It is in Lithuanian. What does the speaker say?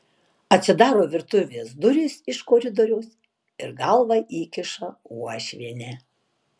atsidaro virtuvės durys iš koridoriaus ir galvą įkiša uošvienė